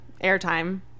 airtime